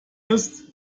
ist